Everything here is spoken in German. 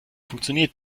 funktioniert